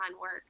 work